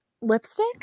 lipstick